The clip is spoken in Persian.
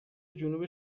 جنوب